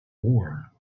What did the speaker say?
war